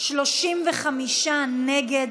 35 נגד,